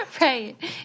Right